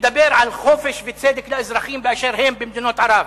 מדבר על חופש וצדק לאזרחים באשר הם במדינות ערב.